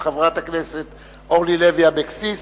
חברת הכנסת אורלי לוי אבקסיס,